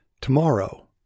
Tomorrow